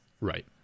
Right